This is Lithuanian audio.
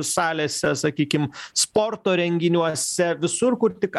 salėse sakykim sporto renginiuose visur kur tik